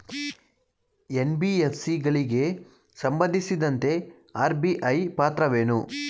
NBFC ಗಳಿಗೆ ಸಂಬಂಧಿಸಿದಂತೆ RBI ಪಾತ್ರವೇನು?